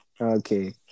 Okay